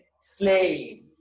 Slave